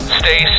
stay